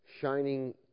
shining